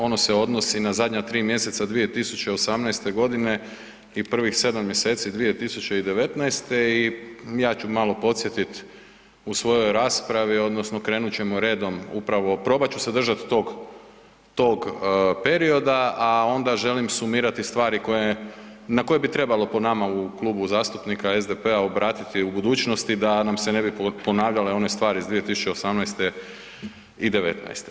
Ono se odnosi i na zadnja 3 mjeseca 2018. g. i prvih 7 mjeseci 2019. i ja ću malo podsjetiti u svojoj raspravi, odnosno krenut ćemo redom, upravo, probat ću se držati tog perioda, a onda želim sumirati stvari koje, na koje bi trebalo po nama, u Klubu zastupnika SDP-a obratiti u budućnosti, da nam se ne bi ponavljale one stvari iz 2018. i '19.